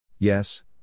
Yes